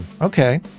okay